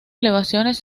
elevaciones